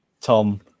tom